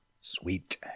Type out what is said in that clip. Sweet